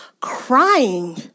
crying